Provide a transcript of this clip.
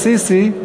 אל-סיסי?